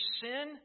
sin